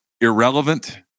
irrelevant